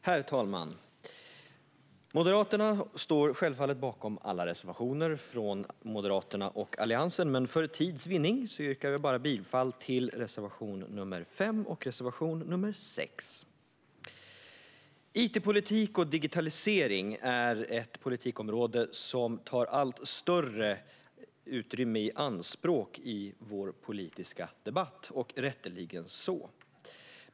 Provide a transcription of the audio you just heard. Herr talman! Moderaterna står självfallet bakom alla reservationer från Moderaterna och Alliansen, men för tids vinnande yrkar jag bifall bara till reservation nr 5 och reservation nr 6. It-politik och digitalisering är ett politikområde som tar allt större utrymme i anspråk i våra politiska debatter och rätteligen så.